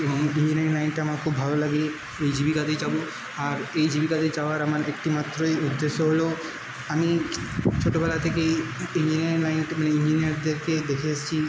এবং ইঞ্জিনিয়ারিং লাইনটা আমার খুব ভালো লাগে এই জীবিকাতেই যাব আর এই জীবিকাতে যাওয়ার আমার একটি মাত্রই উদ্দেশ্য হলো আমি ছোটোবেলা থেকেই ইঞ্জিনিয়ারিং লাইনের থেকে ইঞ্জিনিয়ারদেরকেই দেখে এসছি